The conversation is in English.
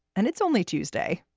and it's only tuesday.